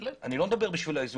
אני לא מדבר על איזון.